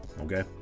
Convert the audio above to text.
okay